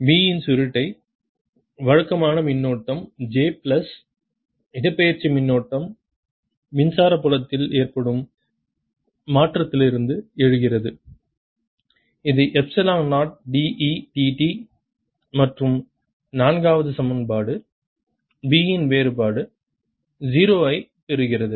B இன் சுருட்டை வழக்கமான மின்னோட்டம் J பிளஸ் இடப்பெயர்ச்சி மின்னோட்டம் மின்சார புலத்தில் ஏற்படும் மாற்றத்திலிருந்து எழுகிறது இது எப்சிலன் 0 d E dt மற்றும் நான்காவது சமன்பாடு B இன் வேறுபாடு 0 ஐப் பெறுகிறது